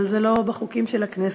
אבל זה לא בחוקים של הכנסת,